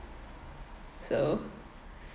so